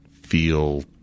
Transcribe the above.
feel